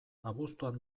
abuztuan